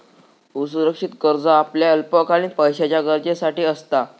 असुरक्षित कर्ज आपल्या अल्पकालीन पैशाच्या गरजेसाठी असता